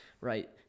Right